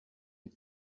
die